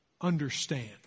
understand